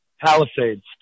Palisades